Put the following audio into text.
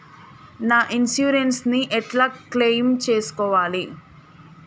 నా ఇన్సూరెన్స్ ని ఎట్ల క్లెయిమ్ చేస్కోవాలి?